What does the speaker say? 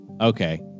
okay